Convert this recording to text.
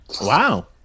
Wow